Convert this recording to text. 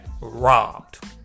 robbed